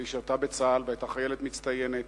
והיא שירתה בצה"ל והיתה חיילת מצטיינת.